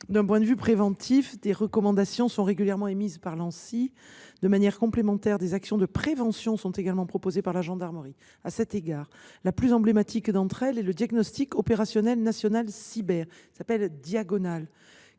D’un point de vue préventif, des recommandations sont régulièrement émises par l’Anssi. De manière complémentaire, des actions de prévention sont également proposées par la gendarmerie. À cet égard, la plus emblématique d’entre elles est le diagnostic opérationnel national cyber, ou Diagonal,